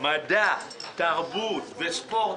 מדע, תרבות וספורט.